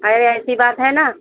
ऐसी बात है ना